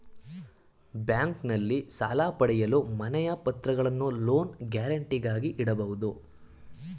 ಬ್ಯಾಂಕ್ನಲ್ಲಿ ಸಾಲ ಪಡೆಯಲು ಮನೆಯ ಪತ್ರಗಳನ್ನು ಲೋನ್ ಗ್ಯಾರಂಟಿಗಾಗಿ ಇಡಬಹುದು